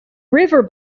river